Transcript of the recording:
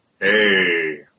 Hey